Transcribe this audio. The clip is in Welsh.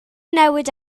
newid